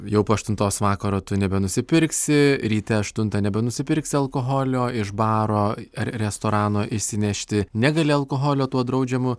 jau po aštuntos vakaro tu nebenusipirksi ryte aštuntą nebenusipirksi alkoholio iš baro ar restorano išsinešti negali alkoholio tuo draudžiamu